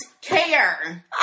care